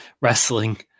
wrestling